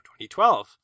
2012